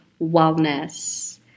wellness